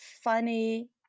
funny